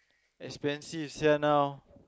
expensive sia now